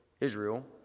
Israel